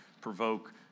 provoke